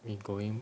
we going